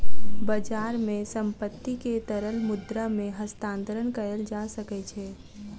बजार मे संपत्ति के तरल मुद्रा मे हस्तांतरण कयल जा सकै छै